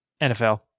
NFL